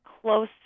close